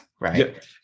right